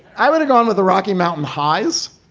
i want to go on with the rocky mountain highs.